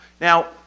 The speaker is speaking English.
Now